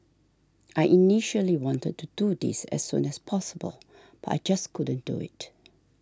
I initially wanted to do this as soon as possible but I just couldn't do it